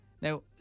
Now